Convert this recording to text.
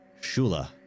Shula